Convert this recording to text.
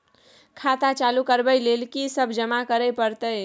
खाता चालू करबै लेल की सब जमा करै परतै?